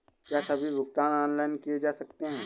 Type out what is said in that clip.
क्या सभी भुगतान ऑनलाइन किए जा सकते हैं?